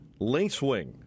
lacewing